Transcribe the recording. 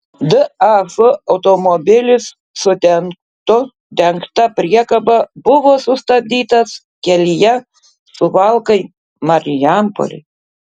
daf automobilis su tentu dengta priekaba buvo sustabdytas kelyje suvalkai marijampolė